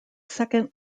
second